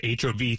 HOV